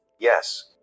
yes